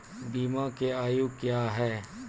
बीमा के आयु क्या हैं?